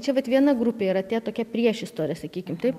čia vat viena grupė yra tie tokia priešistorė sakykim taip